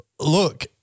Look